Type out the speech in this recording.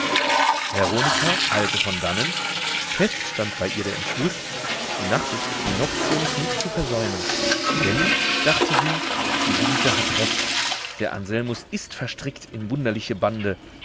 veronika eilte von dannen fest stand bei ihr der entschluß die nacht des äquinoktiums nicht zu versäumen denn dachte sie die liese hat recht der anselmus ist verstrickt in wunderliche bande